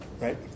Right